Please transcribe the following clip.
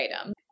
item